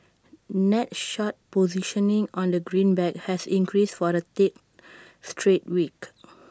net short positioning on the greenback has increased for A third straight week